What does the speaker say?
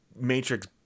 Matrix